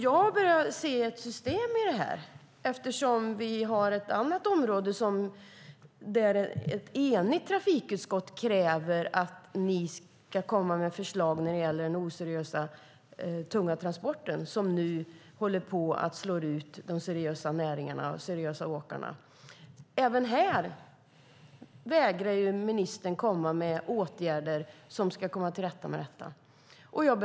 Jag börjar se ett system i det eftersom vi har ett annat område där ett enigt trafikutskott kräver att regeringen ska komma med förslag när det gäller de oseriösa tunga transporterna, som nu håller på att slå ut de seriösa näringarna, de seriösa åkarna. Även här vägrar ministern att komma med åtgärder så att vi kommer till rätta med problemet.